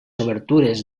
obertures